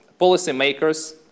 policymakers